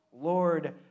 Lord